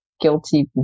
guilty